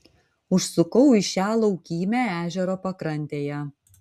užsukau į šią laukymę ežero pakrantėje